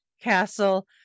castle